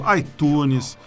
iTunes